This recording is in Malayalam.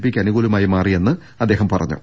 പിക്ക് അനുകൂലമായി മാറിയെന്ന് അദ്ദേഹം പറഞ്ഞു